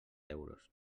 euros